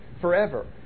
forever